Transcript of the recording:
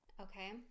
Okay